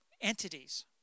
entities